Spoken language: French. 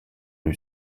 lui